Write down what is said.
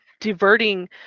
diverting